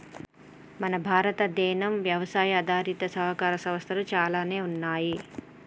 మన భారతదేనం యవసాయ ఆధారిత సహకార సంస్థలు చాలానే ఉన్నయ్యి